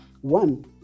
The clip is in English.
One